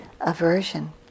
aversion